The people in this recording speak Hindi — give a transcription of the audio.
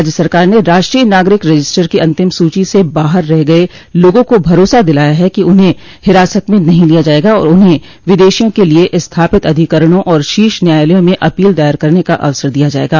राज्य सरकार ने राष्ट्रीय नागरिक रजिस्टर की अंतिम सूची से बाहर रह गये लोगों को भरोसा दिलाया है कि उन्हें हिरासत में नहीं लिया जाएगा और उन्हें विदेशियों के लिए स्थापित अधिकरणों और शीर्ष न्यायालयों में अपील दायर करने का अवसर दिया जायेगा